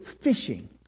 fishing